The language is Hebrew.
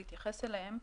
להתייחס אליהם.